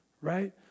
Right